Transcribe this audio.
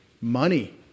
money